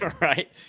Right